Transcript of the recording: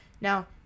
Now